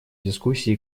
дискуссии